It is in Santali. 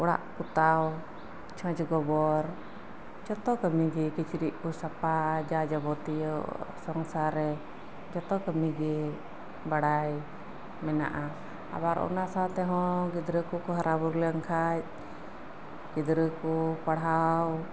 ᱚᱲᱟᱜ ᱯᱚᱛᱟᱣ ᱪᱷᱚᱡ ᱜᱚᱵᱚᱨ ᱡᱚᱛᱚ ᱠᱟᱹᱢᱤ ᱜᱮ ᱠᱤᱪᱨᱤᱡ ᱠᱚ ᱥᱟᱯᱷᱟ ᱡᱟ ᱡᱟᱵᱚᱛᱤᱭᱳ ᱥᱚᱝᱥᱟᱨ ᱨᱮ ᱡᱚᱛᱚ ᱠᱟᱹᱢᱤ ᱜᱮ ᱵᱟᱲᱟᱨ ᱢᱮᱱᱟᱜᱼᱟ ᱟᱵᱟᱨ ᱚᱱᱟ ᱥᱟᱶ ᱛᱮᱦᱚᱸ ᱜᱤᱫᱽᱨᱟᱹ ᱠᱚ ᱠᱚ ᱦᱟᱨᱟ ᱵᱩᱨᱩ ᱞᱮᱱᱠᱷᱟᱡ ᱜᱤᱫᱽᱨᱟᱹ ᱠᱚ ᱯᱟᱲᱦᱟᱣ